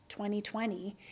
2020